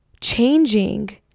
changing